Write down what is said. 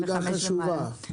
נקודה חשובה.